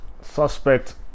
suspect